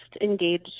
engage